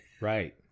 right